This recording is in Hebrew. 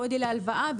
גודל ההלוואה,